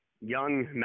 young